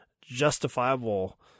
justifiable